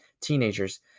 teenagers